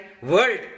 world